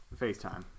FaceTime